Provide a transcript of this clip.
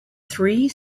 three